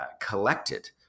collected